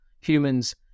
humans